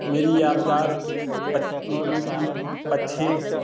मेरी यादगार पक्षी